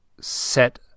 set